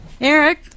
Eric